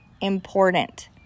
Important